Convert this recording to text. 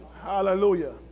Hallelujah